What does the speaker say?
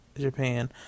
Japan